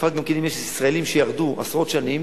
בפרט, גם כן, יש ישראלים שירדו לפני עשרות שנים